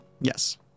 Yes